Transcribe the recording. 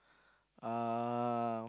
uh